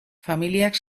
familiak